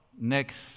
Next